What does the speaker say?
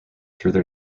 through